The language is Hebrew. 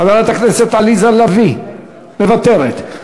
חברת הכנסת עליזה לביא, מוותרת.